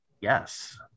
Yes